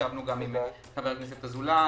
ישבו גם עם חברי הכנסת אזולאי,